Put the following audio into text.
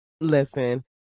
Listen